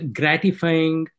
gratifying